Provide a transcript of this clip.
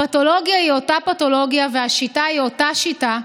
הפתולוגיה היא אותה פתולוגיה והשיטה היא אותה השיטה.